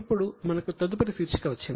ఇప్పుడు మనకు తదుపరి శీర్షిక వచ్చింది